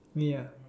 ya ya